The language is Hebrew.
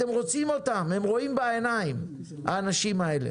אתם רוצים אותם, הם רואים בעיניים האנשים האלה.